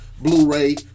Blu-ray